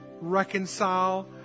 reconcile